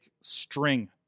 string